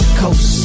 coast